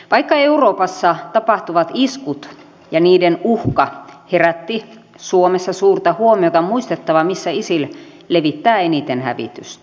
vaikka euroopassa tapahtuvat iskut ja niiden uhka herättivät suomessa suurta huomiota on muistettava missä isil levittää eniten hävitystä